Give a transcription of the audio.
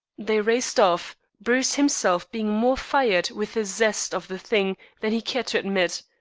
they raced off, bruce himself being more fired with the zest of the thing than he cared to admit.